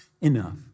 enough